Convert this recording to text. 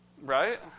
Right